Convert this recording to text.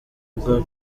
bwa